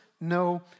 no